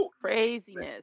craziness